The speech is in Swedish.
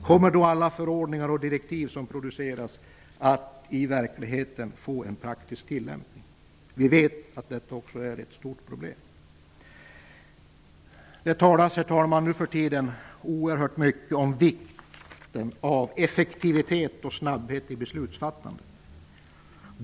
Kommer då alla förordningar och direktiv som produceras att i verkligheten någonsin få en praktisk tillämpning? Vi vet att detta är ett stort problem. Herr talman! Det talas nu för tiden oerhört mycket om vikten av effektivitet och snabbhet i beslutsfattandet.